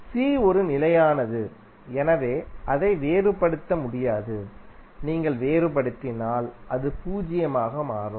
C ஒரு நிலையானது எனவே அதை வேறுபடுத்த முடியாது நீங்கள் வேறுபடுத்தினால் அது பூஜ்ஜியமாக மாறும்